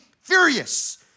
furious